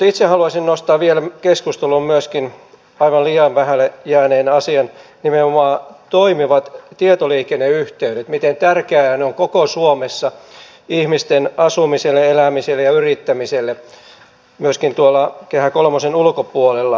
itse haluaisin nostaa vielä keskusteluun myöskin aivan liian vähälle jääneen asian nimenomaan toimivat tietoliikenneyhteydet miten tärkeät ne ovat koko suomessa ihmisten asumiselle elämiselle ja yrittämiselle myöskin tuolla kehä kolmosen ulkopuolella